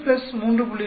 2 3